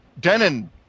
Denon